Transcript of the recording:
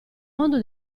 mondo